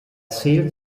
zählt